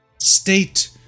state